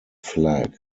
flag